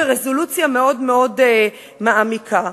ברזולוציה מאוד מאוד מעמיקה.